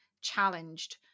challenged